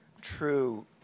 true